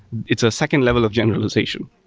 it's a second level of generalization.